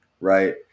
right